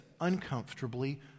uncomfortably